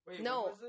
No